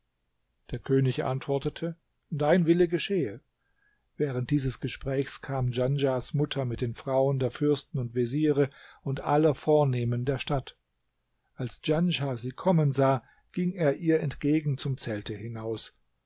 der könig antwortete dein wille geschehe während dieses gesprächs kam djanschahs mutter mit den frauen der fürsten und veziere und aller vornehmen der stadt als djanschah sie kommen sah ging er ihr entgegen zum zelte hinaus